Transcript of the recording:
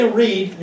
read